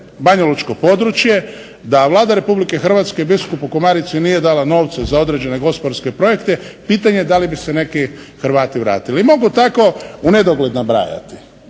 banjalučko područje da Vlada Republike Hrvatske biskupu Komarici nije dala novce za određene gospodarske projekte pitanje je da li bi se neki Hrvati vratili. I mogu tako u nedogled nabrajati.